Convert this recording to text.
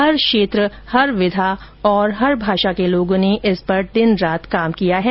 हर क्षेत्र हर विधा और हर भाषा के लोगों ने इस पर दिन रात काम किया है